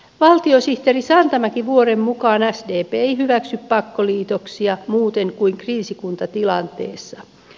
valtiosihteeri santamäki vuoren mukaan sdp ei hyväksy pakkoliitoksia muuten kuin kriisikuntatilanteessa